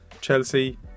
Chelsea